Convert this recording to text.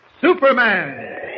Superman